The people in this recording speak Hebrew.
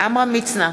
עמרם מצנע,